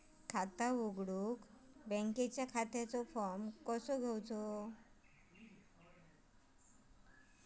खाता उघडुक बँकेच्या खात्याचो फार्म कसो घ्यायचो?